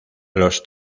los